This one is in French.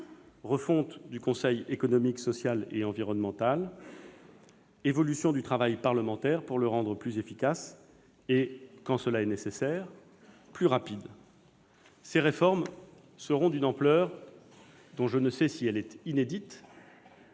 refonte du Conseil économique, social et environnemental, évolution du travail parlementaire pour le rendre plus efficace et, quand cela est nécessaire, plus rapide : ces réformes seront d'une ampleur dont je ne sais si elle est inédite,